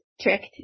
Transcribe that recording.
tricked